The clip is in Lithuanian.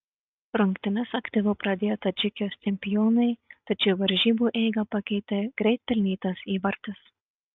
rungtynes aktyviau pradėjo tadžikijos čempionai tačiau varžybų eigą pakeitė greit pelnytas įvartis